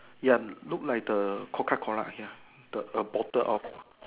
ya look like the Coca Cola ya the a bottle of